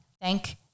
Thank